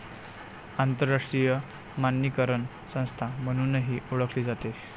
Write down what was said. आंतरराष्ट्रीय मानकीकरण संस्था म्हणूनही ओळखली जाते